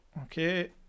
Okay